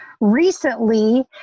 recently